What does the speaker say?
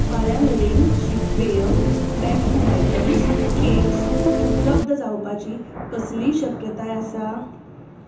फाल्यां मेरेन शीतपेय पॅट फूड आयटम्स केक्स उपलब्ध जावपाची कसलीय शक्यताय आसा